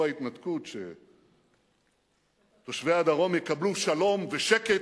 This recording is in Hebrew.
ההתנתקות שתושבי הדרום יקבלו שלום ושקט,